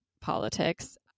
politics